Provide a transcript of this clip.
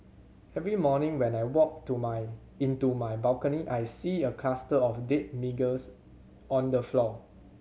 every morning when I walk to my into my balcony I see a cluster of dead on the floor